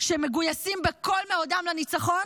שמגויסים בכל מאודם לניצחון,